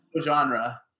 genre